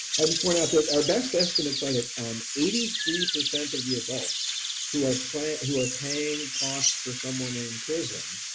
i just point out that our best estimates are that um eighty three percent of the adults who are playing who are paying costs for someone in prison,